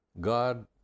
God